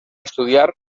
estudiar